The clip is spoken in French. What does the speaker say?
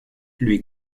lui